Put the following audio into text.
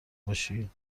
باشی